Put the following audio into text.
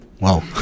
Wow